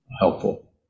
helpful